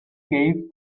gave